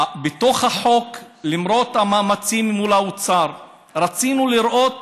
בתוך החוק, למרות המאמצים מול האוצר, רצינו לראות